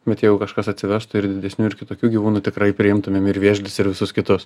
bet jeigu kažkas atsivestų ir didesnių ir kitokių gyvūnų tikrai priimtumėm ir vėžlius ir visus kitus